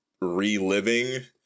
reliving